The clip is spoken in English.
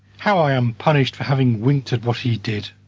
how i am punished for having winked at what he did!